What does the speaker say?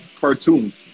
cartoons